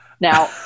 Now